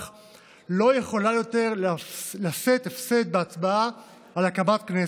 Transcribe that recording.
לא יכולה יותר לשאת הפסד בהצבעה על הקמת ועדת כנסת.